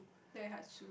Daihatsu